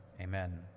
amen